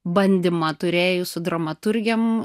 bandymą turėjus su dramaturgėm